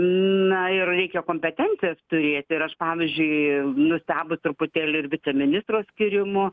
na ir reikia kompetencijos turėti ir aš pavyzdžiui nustebus truputėlį ir viceministro skyrimu